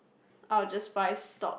I will just buy stock